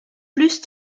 plus